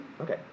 okay